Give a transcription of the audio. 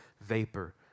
vapor